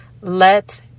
Let